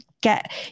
get